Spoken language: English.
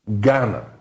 Ghana